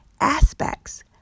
aspects